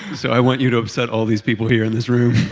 so i want you to upset all these people here in this room.